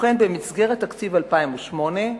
במסגרת תקציב 2008,